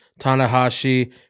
Tanahashi